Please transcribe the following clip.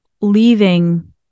leaving